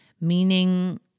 meaning